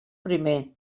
primer